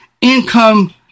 income